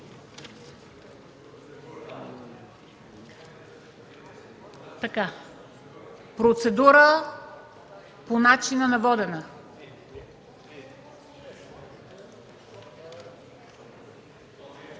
Процедура по начина на водене